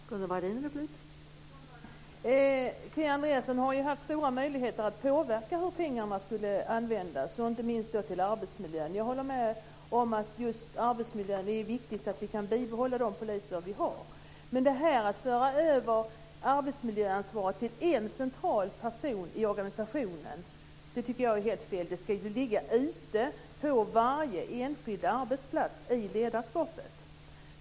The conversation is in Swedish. Fru talman! Kia Andreasson har ju haft stora möjligheter att påverka hur pengarna ska användas. Det gäller inte minst arbetsmiljön. Jag håller med om att just arbetsmiljön är viktig, så att vi kan bibehålla de poliser vi har. Men att föra över arbetsmiljöansvaret till en central person i organisationen tycker jag är helt fel. Det ska ligga ute på varje enskild arbetsplats, i ledarskapet.